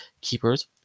keepers